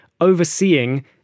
overseeing